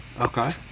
Okay